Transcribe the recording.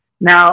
now